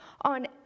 on